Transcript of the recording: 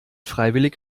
freiwillig